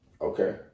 okay